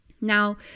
Now